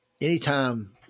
Anytime